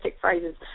phrases